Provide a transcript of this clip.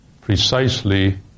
precisely